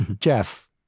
Jeff